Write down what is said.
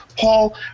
Paul